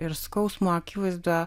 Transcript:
ir skausmo akivaizdoje